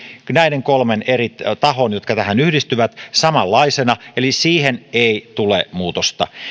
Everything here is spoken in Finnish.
näiden kolmen eri tahon jotka tähän yhdistyvät tehtävät säilyvät nykyisenlaisina samanlaisena eli siihen ei tule muutosta